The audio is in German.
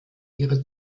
ihre